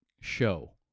show